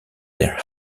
their